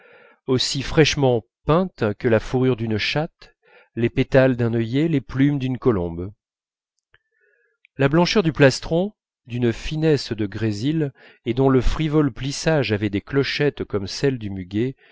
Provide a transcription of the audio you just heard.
aussi fraîchement peintes que la fourrure d'une chatte les pétales d'un œillet les plumes d'une colombe la blancheur du plastron d'une finesse de grésil et dont le frivole plissage avait des clochettes comme celles du muguet